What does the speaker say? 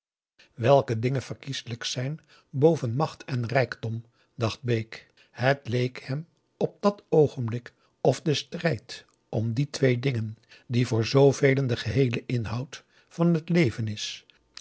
welke dingen verkieselijk zijn boven macht en rijkdom dacht bake het leek hem op dat oogenblik of de strijd om die twee dingen die voor zoovelen de geheele inhoud van het leven is